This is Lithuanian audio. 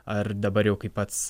ar dabar jau kai pats